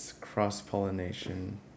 cross-pollination